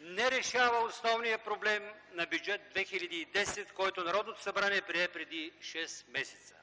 не решава основния проблем на Бюджет 2010, който Народното събрание прие преди шест месеца.